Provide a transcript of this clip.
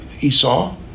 Esau